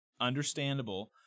understandable